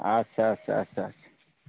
আচ্ছা আচ্ছা আচ্ছা আচ্ছা